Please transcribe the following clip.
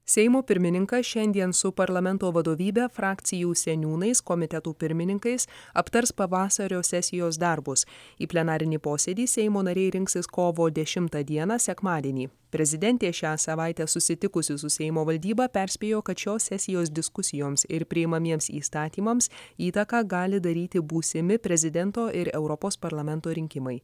seimo pirmininkas šiandien su parlamento vadovybe frakcijų seniūnais komitetų pirmininkais aptars pavasario sesijos darbus į plenarinį posėdį seimo nariai rinksis kovo dešimtą dieną sekmadienį prezidentė šią savaitę susitikusi su seimo valdyba perspėjo kad šios sesijos diskusijoms ir priimamiems įstatymams įtaką gali daryti būsimi prezidento ir europos parlamento rinkimai